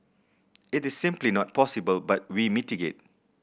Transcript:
it is simply not possible but we mitigate